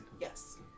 Yes